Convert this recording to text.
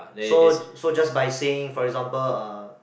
so so just by saying for example uh